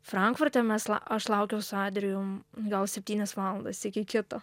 frankfurte mes la aš laukiau su adrijum gal septynias valandas iki kito